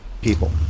people